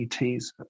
ETs